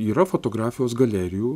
yra fotografijos galerijų